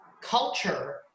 culture